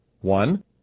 One